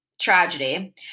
tragedy